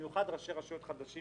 במיוחד ראשי רשויות חדשים